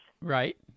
Right